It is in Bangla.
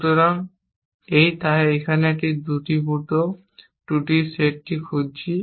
সুতরাং এই তাই এখানে আমরা দ্রবীভূত ত্রুটির সেটটি খুঁজছি